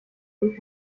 die